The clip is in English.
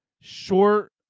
short